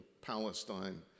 Palestine